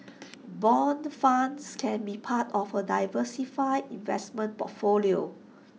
Bond funds can be part of A diversified investment portfolio